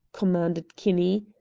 commanded kinney.